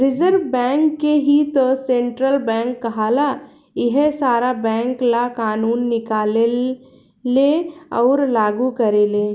reserve bank के ही त सेन्ट्रल बैंक कहाला इहे सारा बैंक ला कानून निकालेले अउर लागू करेले